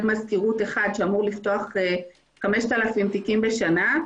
מזכירות אחד שאמור לפתוח 5,000 תיקים בשנה,